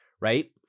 Right